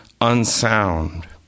unsound